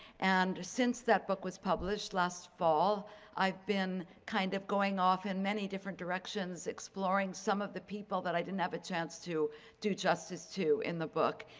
and since that book was published last fall i've been kind of going off in many different directions exploring some of the people that i didn't have a chance to do justice to in the book.